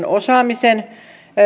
henkilöstön osaamisen